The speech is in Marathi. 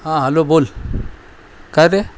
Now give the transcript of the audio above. हां हॅलो बोल काय रे